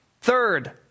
Third